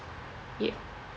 ya